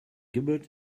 gibbered